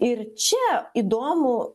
ir čia įdomų